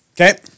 Okay